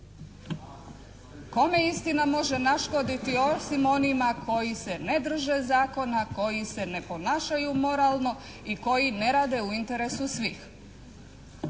Kome istina može naškoditi osim onima koji se ne drže zakona, koji se ne ponašaju moralno i koji ne rade u interesu svih.